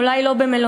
אולי לא במלונות,